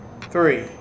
three